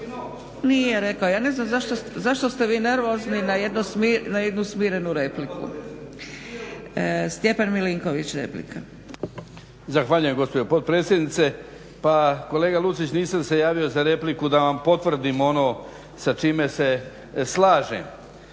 nije rekao. Ja ne znam zašto ste vi nervozni na jednu smirenu repliku. Stjepan Milinković replika. **Milinković, Stjepan (HDZ)** Zahvaljujem gospođo potpredsjednice. Pa kolega Lucić, nisam se javio za repliku da vam potvrdim ono sa čime se slažem.